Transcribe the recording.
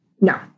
No